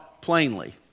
Plainly